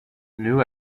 new